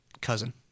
cousin